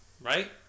right